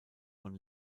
von